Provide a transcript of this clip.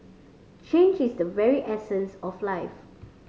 change is the very essence of life